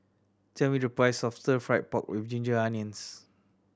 tell me the price of Stir Fried Pork With Ginger Onions